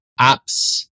apps